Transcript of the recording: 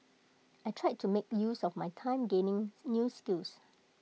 I tried to make use of my time gaining new skills